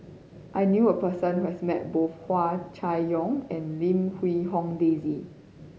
I knew a person who has met both Hua Chai Yong and Lim Quee Hong Daisy